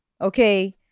Okay